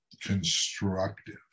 constructive